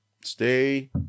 Stay